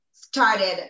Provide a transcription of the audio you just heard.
started